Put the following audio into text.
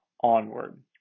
onward